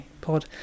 pod